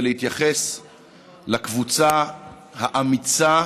ולהתייחס לקבוצה האמיצה